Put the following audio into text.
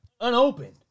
unopened